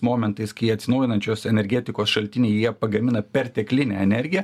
momentais kai atsinaujinančios energetikos šaltiniai jie pagamina perteklinę energiją